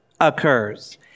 occurs